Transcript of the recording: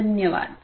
धन्यवाद